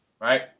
right